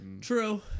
True